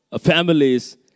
families